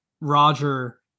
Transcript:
Roger